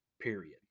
period